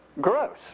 gross